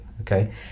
okay